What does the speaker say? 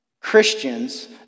Christians